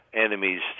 enemies